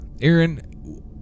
aaron